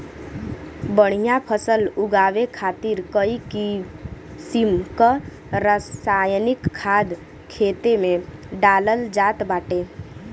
बढ़िया फसल उगावे खातिर कई किसिम क रासायनिक खाद खेते में डालल जात बाटे